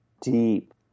deep